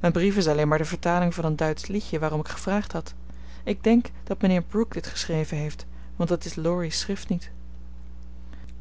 mijn brief is alleen maar de vertaling van een duitsch liedje waarom ik gevraagd had ik denk dat mijnheer brooke dit geschreven heeft want het is laurie's schrift niet